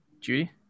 Judy